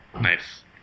nice